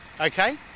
okay